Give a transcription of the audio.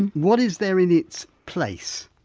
what is there in its place?